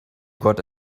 got